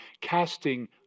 casting